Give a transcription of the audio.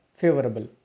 favorable